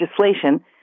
legislation